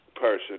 person